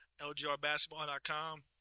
LGRbasketball.com